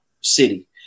city